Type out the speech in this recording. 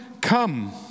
come